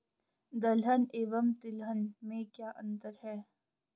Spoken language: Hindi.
दलहन एवं तिलहन में क्या अंतर है?